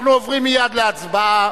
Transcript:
אנחנו עוברים מייד להצבעה,